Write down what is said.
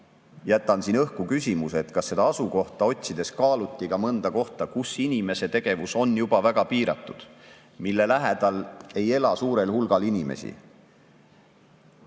jätan siin õhku küsimuse, kas seda asukohta otsides kaaluti ka mõnda kohta, kus inimese tegevus on juba väga piiratud, mille lähedal ei ela suurel hulgal inimesi.